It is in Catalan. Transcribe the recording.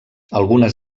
algunes